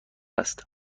است